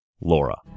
Laura